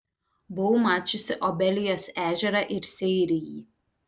buvau mačiusi obelijos ežerą ir seirijį